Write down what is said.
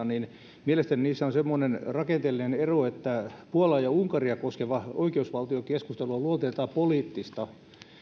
niin mielestäni niissä on semmoinen rakenteellinen ero että puolaa ja unkaria koskeva oikeusvaltiokeskustelu on luonteeltaan poliittista